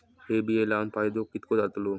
हे बिये लाऊन फायदो कितको जातलो?